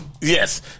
Yes